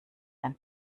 ein